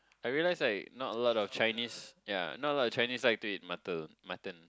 I realize right not a lot of Chinese ya not a lot of Chinese like to eat mutton mutton